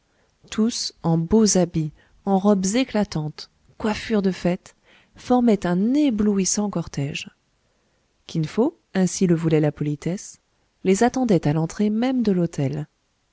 tous en beaux habits en robes éclatantes coiffures de fêtes formaient un éblouissant cortège kin fo ainsi le voulait la politesse les attendait à l'entrée même de l'hôtel